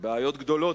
בעיות גדולות.